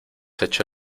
hecho